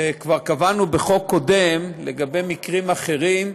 וכבר קבענו בחוק קודם, לגבי מקרים אחרים,